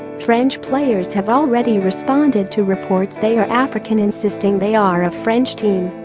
french players have already responded to reports they are african insisting they are a french team